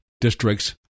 districts